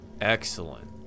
Excellent